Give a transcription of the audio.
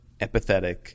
empathetic